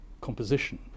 composition